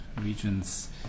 regions